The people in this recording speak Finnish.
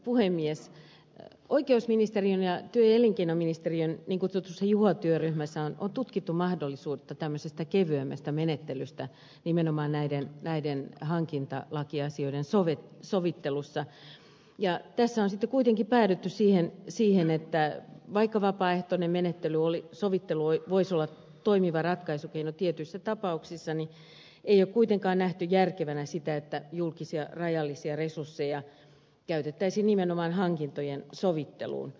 oikeusministeriön ja työ ja elinkeinoministeriön niin kutsutussa juho työryhmässä on tutkittu mahdollisuutta tämmöiseen kevyempään menettelyyn nimenomaan hankintalakiasioiden sovittelussa ja tässä on kuitenkin päädytty siihen että vaikka vapaaehtoinen sovittelu voisi olla toimiva ratkaisukeino tietyissä tapauksissa ei ole kuitenkaan nähty järkevänä sitä että rajallisia julkisia resursseja käytettäisiin nimenomaan hankintojen sovitteluun